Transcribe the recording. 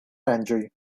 aranĝoj